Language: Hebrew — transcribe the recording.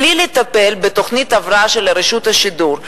בלי לטפל בתוכנית הבראה של רשות השידור.